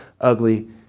ugly